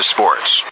Sports